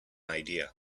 idea